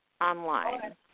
online